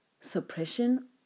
suppression